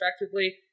respectively